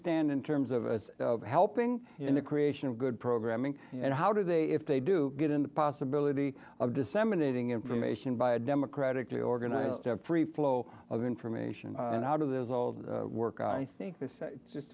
stand in terms of helping in the creation of good programming and how do they if they do get in the possibility of disseminating information by a democratically organized free flow of information and how do those old work i think this just